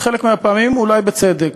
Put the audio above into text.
בחלק מהפעמים אולי בצדק.